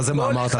מה זה מה אמרת?